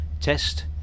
test